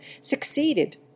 succeeded